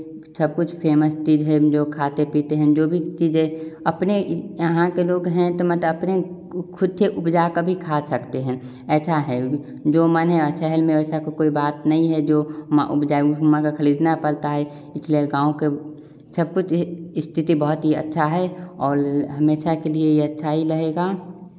सब कुछ फेमस चीज़ है जो खाते पीते हैं जो भी चीज़ें अपने यह यहाँ के लोग हैं तो मट अपने वह ख़ुशी से उपजा कर भी खा सकते हैं ऐसा है जो मान्या शहर में वैसा को कोई बात नै है जो मा उपजाए उसमें का खरीदना पड़ता है इसलिए गाँव के सब कुछ यह स्थिति बहुत ही अच्छा है और हमेशा के लिए यह अच्छा ही रहेगा